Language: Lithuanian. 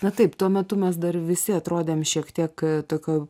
na taip tuo metu mes dar visi atrodėm šiek tiek tokioj